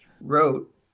wrote